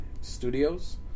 Studios